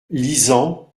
lisant